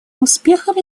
успехом